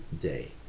day